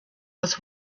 was